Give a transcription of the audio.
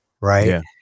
Right